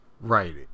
right